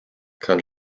kann